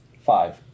Five